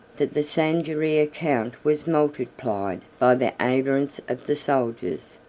that the sanguinary account was multiplied by the avarice of the soldiers,